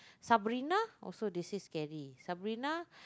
Sabrina also they say scary Sabrina